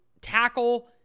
tackle